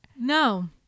No